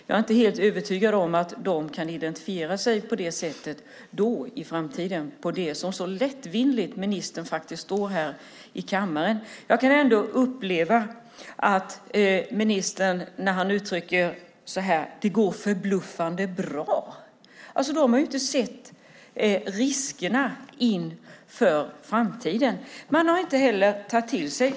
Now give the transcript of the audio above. Jag är inte helt övertygad om att de kan identifiera sig på det sättet i framtiden med det som ministern så lättvindigt kan stå här i kammaren och säga. Det upplever jag att minister uttrycker när han säger: Det går förbluffande bra. Då har man inte sett riskerna för framtiden och tagit det till sig.